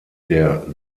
der